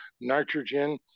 nitrogen